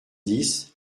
dix